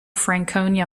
franconia